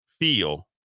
feel